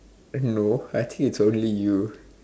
no I think it's only you